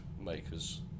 makers